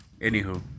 Anywho